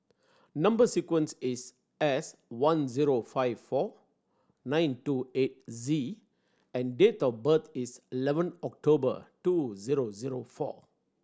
number sequence is S one zero five four nine two eight Z and date of birth is eleven October two zero zero four